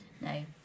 No